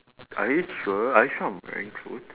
are you sure are you sure I'm wearing clothes